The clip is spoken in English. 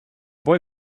boy